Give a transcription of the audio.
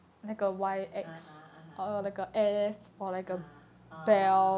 (uh huh) (uh huh) ah